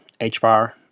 HBAR